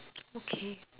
okay